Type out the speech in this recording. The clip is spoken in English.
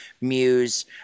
muse